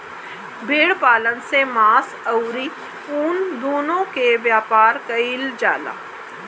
भेड़ पालन से मांस अउरी ऊन दूनो के व्यापार कईल जाला